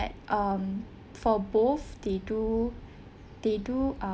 um for both they do they do uh